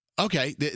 Okay